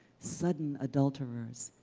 sudden adulterers,